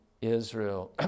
Israel